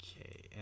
Okay